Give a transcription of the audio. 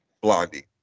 Blondie